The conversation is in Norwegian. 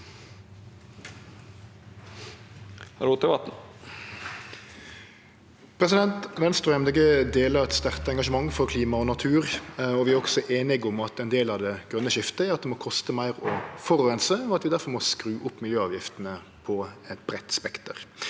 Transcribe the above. jøpartiet Dei Grøne deler eit sterkt engasjement for klima og natur, og vi er også einige om at ein del av det grøne skiftet er at det må koste meir å forureine, og at vi difor må skru opp miljøavgiftene i eit bredt spekter.